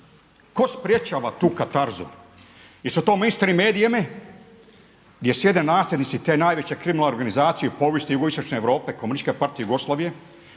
Tko sprječava tu katarzu? Jesu to …/Govornik se ne razumije./… gdje sjede nasljednici te najveće krim organizacije i povijesti jugoistočne Europe, komunističke partije Jugoslavije?